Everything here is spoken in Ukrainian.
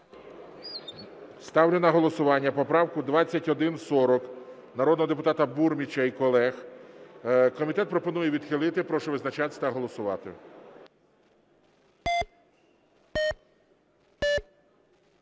Ставлю на голосування поправку 2140 народного депутата Бурміча і колег. Комітет пропонує відхилити. Я прошу визначатися та голосувати.